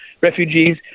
refugees